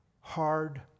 hard